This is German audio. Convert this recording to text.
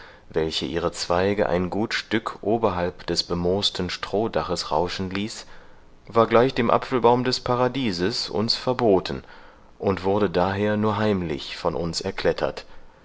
welche ihre zweige ein gut stück oberhalb des bemoosten strohdaches rauschen ließ war gleich dem apfelbaum des paradieses uns verboten und wurde daher nur heimlich von uns erklettert